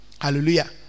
Hallelujah